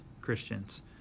Christians